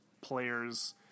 players